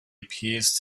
appears